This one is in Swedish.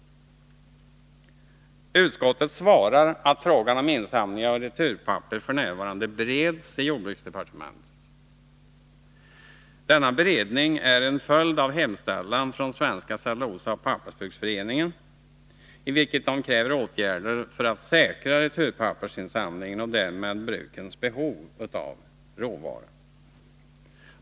Utskottet svarar att frågan om insamling av returpapper f. n. bereds i jordbruksdepartementet. Denna beredning är en följd av hemställan från Svenska cellulosaoch pappersbruksföreningen, i vilken man kräver åtgärder för att säkra returpappersinsamlingen och därmed brukens behov av råvara.